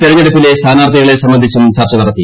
തെരഞ്ഞെടുപ്പിലെ സ്ഥാനാർത്ഥികളെ സംബന്ധിച്ചും ചർച്ച നടത്തി